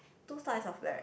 two slice of bread